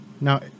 Now